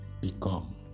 become